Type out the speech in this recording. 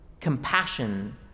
compassion